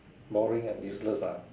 boring and useless ah